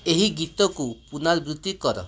ଏହି ଗୀତକୁ ପୁନରାବୃତ୍ତି କର